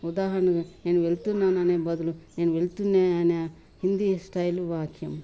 ఉదాహరణగా నేను వెళ్తున్నానునే బదులు నేను వెళ్తున్నానే హిందీ స్టైల్ వాక్యం